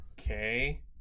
Okay